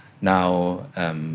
Now